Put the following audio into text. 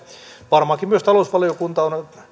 varmaankin myös talousvaliokunta on on